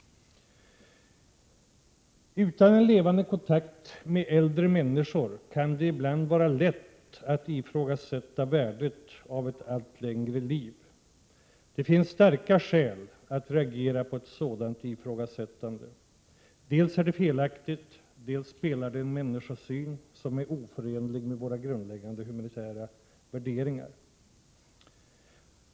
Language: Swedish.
Utan en levande kontakt med äldre människor kan det ibland vara lätt att ifrågasätta värdet av ett allt längre liv. Det finns starka skäl att reagera mot ett sådant ifrågasättande. Dels är det felaktigt, dels speglar det en människosyn som är oförenlig med våra grundläggande humanitära värderingar.